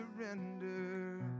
surrender